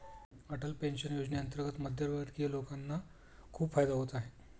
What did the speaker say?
Atal pension योजनेअंतर्गत मध्यमवर्गीय लोकांना खूप फायदा होत आहे